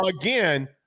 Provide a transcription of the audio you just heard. Again